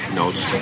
notes